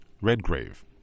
redgrave